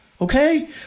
okay